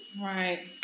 Right